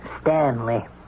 Stanley